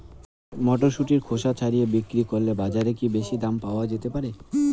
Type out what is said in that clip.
মটরশুটির খোসা ছাড়িয়ে বিক্রি করলে বাজারে কী বেশী দাম পাওয়া যেতে পারে?